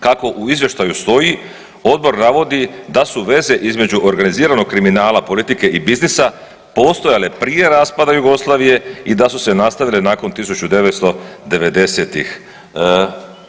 Kako u izvještaju stoji Odbor navodi da su veze između organiziranog kriminala politike i biznisa postojale prije raspada Jugoslavije i da su se nastavile nakon 1990-tih.